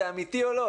זה אמיתי או לא?